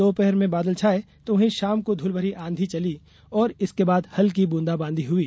दोपहर में बादल छाए तो वही शाम को धूलभरी आंधी चली और इसके बाद हल्की ब्रंदाबांदी हुई